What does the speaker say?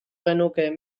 genuke